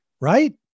right